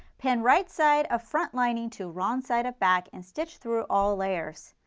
pin right side of front lining to wrong side of back and stitch through all layers.